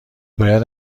باید